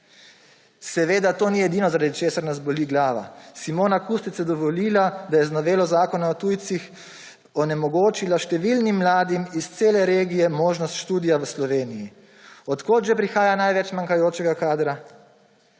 Seveda to ni edino, zaradi česar nas boli glava. Simona Kustec je dovolila, da je z novelo Zakona o tujcih onemogočila številnim mladim iz cele regije možnost študija v Sloveniji. Od kod že prihaja največ manjkajočega kadra?